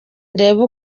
ndeba